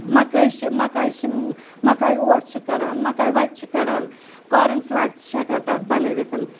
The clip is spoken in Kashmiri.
مَکٲے چھِ مَکاے چھِ مَکاے اوٹ چھِ کَڑان مَکاے وَچہِ چھِ کَڑان کورن فلیک تہِ چھِ ہیٚکان تتھ بَنٲیِتھ